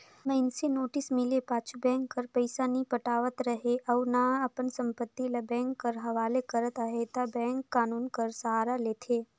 मइनसे नोटिस मिले पाछू बेंक कर पइसा नी पटावत रहें अउ ना अपन संपत्ति ल बेंक कर हवाले करत अहे ता बेंक कान्हून कर सहारा लेथे